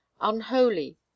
unholy